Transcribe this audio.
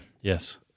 Yes